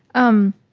i'm